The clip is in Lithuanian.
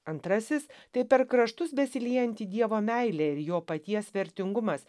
antrasis tai per kraštus besiliejanti dievo meilė ir jo paties vertingumas